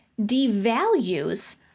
devalues